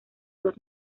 los